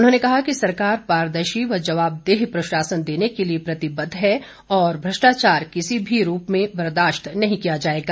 उन्होंने कहा कि सरकार पारदर्शी व जवाब देह प्रशासन देने के लिए प्रतिबद्व है और भ्रष्टाचार किसी भी रूप में बर्दाशत नहीं किया जाएगा